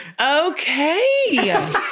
Okay